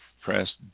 press